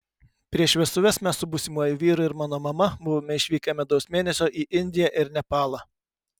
prieš vestuves mes su būsimuoju vyru ir mano mama buvome išvykę medaus mėnesio į indiją ir nepalą